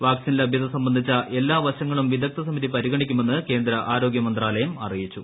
vaccine ലഭ്യത സംബന്ധിച്ച എല്ലാ വശങ്ങളും വിദഗ്ദ്ധ സമിതി പരിഗണിക്കുമെന്ന് കേന്ദ്ര ആരോഗൃ മന്ത്രാലയം അറിയിച്ചു